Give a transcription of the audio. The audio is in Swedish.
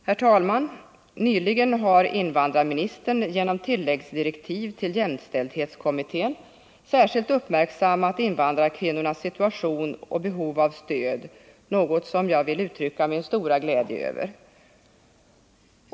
Herr talman! Nyligen har invandrarministern genom tilläggsdirektiv till jämställdhetskommittén särskilt uppmärksammat invandrarkvinnornas situation och behov av stöd, något som jag vill uttrycka min stora glädje över.